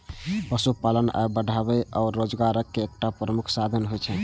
पशुपालन आय बढ़ाबै आ रोजगारक एकटा प्रमुख साधन होइ छै